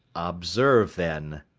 observe then,